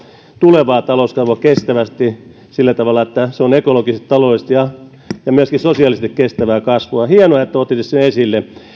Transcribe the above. tulevaa talouskasvua kestävästi sillä tavalla että se on ekologisesti taloudellisesti ja myöskin sosiaalisesti kestävää kasvua hienoa että otitte sen esille